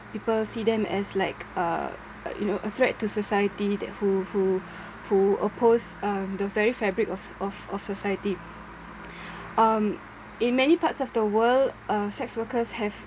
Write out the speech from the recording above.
people see them as like uh uh you know a threat to society that who who who oppose um the very fabric of of of society um in many parts of the world uh sex workers have